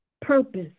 purpose